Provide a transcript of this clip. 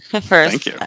First